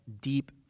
deep